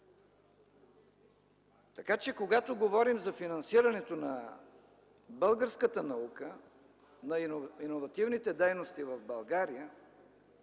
когато говорим за финансирането на българската наука, на иновативните дейности в България,